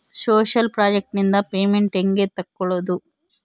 Social project ನಿಂದ payment ಹೆಂಗೆ ತಕ್ಕೊಳ್ಳದು?